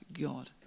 God